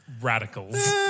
radicals